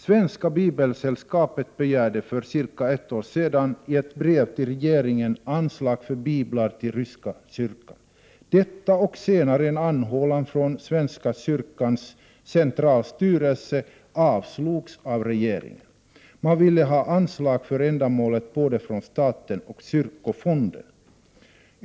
Svenska bibelsällskapet begärde för cirka ett år sedan i ett brev till regeringen anslag för biblar till ryska kyrkan. Detta, och senare en anhållan från svenska kyrkans centralstyrelse, avslogs av regeringen. Man ville ha anslag för ändamålet från både staten och kyrkofonden.